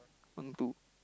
one two